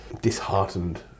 disheartened